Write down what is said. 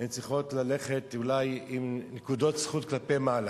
צריכות ללכת אולי עם נקודות זכות כלפי מעלה,